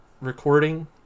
recording